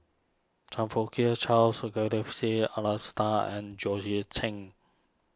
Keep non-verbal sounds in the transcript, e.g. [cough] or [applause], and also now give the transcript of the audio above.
Chong Fook [unintelligible] Charles [unintelligible] and George Chen